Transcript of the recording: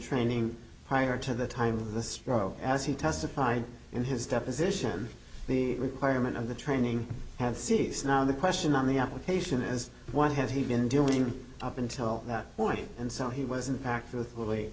training prior to the time of the stroke as he testified in his deposition the requirement of the training had ceased now the question on the application is what has he been doing up until that point and so he wasn't